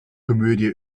komödie